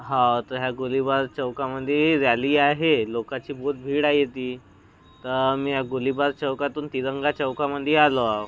हा तर ह्या गोलीबार चौकामध्ये रॅली आहे लोकांची बहोत भीड आहे इथे तर मी गोलीबार चौकातून तिरंगा चौकामधे आलो हाव